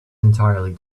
entirely